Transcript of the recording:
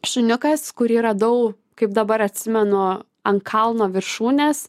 šuniukas kurį radau kaip dabar atsimenu ant kalno viršūnės